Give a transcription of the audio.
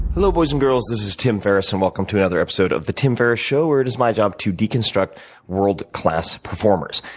hello, boys and girls. this is tim ferriss, and welcome to another episode of the tim ferriss show where it is my job to deconstruct world-class performers.